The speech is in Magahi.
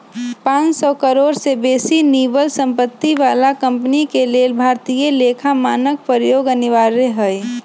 पांन सौ करोड़ से बेशी निवल सम्पत्ति बला कंपनी के लेल भारतीय लेखा मानक प्रयोग अनिवार्य हइ